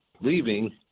leaving